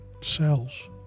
cells